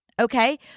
okay